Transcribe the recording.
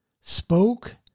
spoke